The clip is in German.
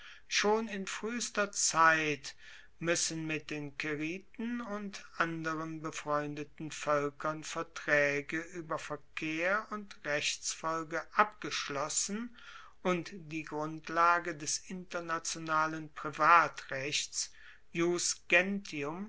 schon in fruehester zeit muessen mit den caeriten und anderen befreundeten voelkern vertraege ueber verkehr und rechtsfolge abgeschlossen und die grundlage des internationalen privatrechts